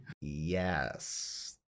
Yes